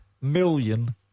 million